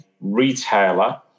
retailer